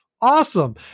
Awesome